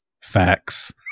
Facts